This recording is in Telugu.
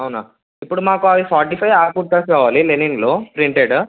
అవునా ఇప్పుడు మాకు అవి ఫార్టీ ఫైవ్ ఆ కుర్తాస్ కావాలి లెనిన్లో ప్రింటెడ్